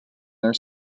their